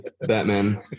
Batman